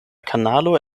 kanalo